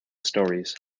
stories